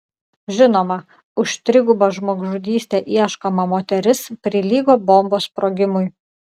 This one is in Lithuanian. žinoma už trigubą žmogžudystę ieškoma moteris prilygo bombos sprogimui